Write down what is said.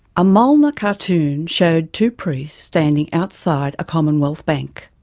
a molnar cartoon showed two priests standing outside a commonwealth bank,